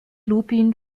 lupin